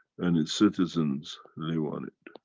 and its citizens live on it.